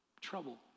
Trouble